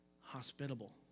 hospitable